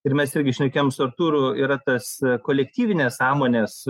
ir mes irgi šnekėjom su artūru yra tas kolektyvinės sąmonės